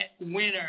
winner